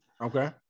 Okay